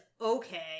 okay